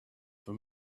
for